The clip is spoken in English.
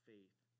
faith